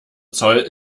zoll